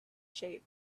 shape